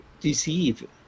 deceive